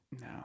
No